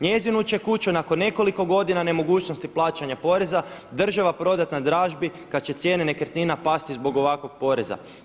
Njezinu će kuću nakon nekoliko godina nemogućnosti plaćanja poreza država prodati na dražbi kad će cijene nekretnina pasti zbog ovakvog poreza.